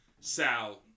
Sal